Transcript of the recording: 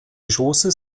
geschosse